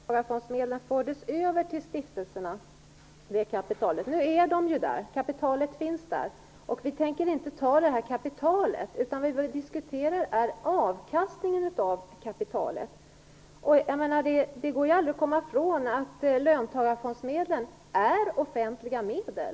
Herr talman! Löntagarfondsmedlen fördes över till stiftelserna. Nu är de där. Kapitalet finns där. Vi tänker inte ta kapitalet. Vad vi diskuterar är avkastningen av kapitalet. Det går aldrig att komma ifrån att löntagarfondsmedlen är offentliga medel.